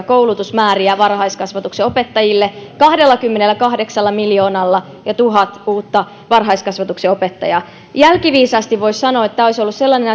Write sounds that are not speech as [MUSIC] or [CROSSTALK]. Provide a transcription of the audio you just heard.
[UNINTELLIGIBLE] koulutusmääriä aloituspaikkoja varhaiskasvatuksen opettajille kahdellakymmenelläkahdeksalla miljoonalla tuhat uutta varhaiskasvatuksen opettajaa jälkiviisaasti voisi sanoa että tämä olisi ollut sellainen [UNINTELLIGIBLE]